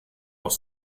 doch